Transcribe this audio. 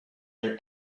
are